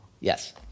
yes